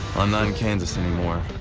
kansas anymore.